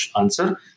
answer